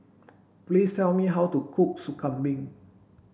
please tell me how to cook Sop Kambing